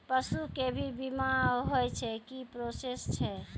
पसु के भी बीमा होय छै, की प्रोसेस छै?